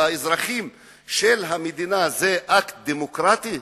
באזרחים של המדינה זה אקט דמוקרטי?